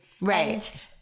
Right